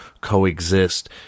coexist